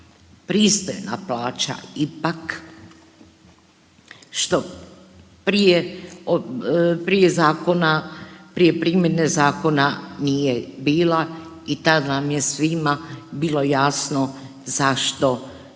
prije, prije zakona, prije primjene zakona nije bila i tad nam je svima bilo jasno zašto